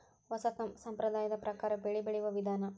ಹೊಸಾ ಸಂಪ್ರದಾಯದ ಪ್ರಕಾರಾ ಬೆಳಿ ಬೆಳಿಯುವ ವಿಧಾನಾ